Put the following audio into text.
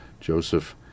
Joseph